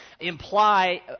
imply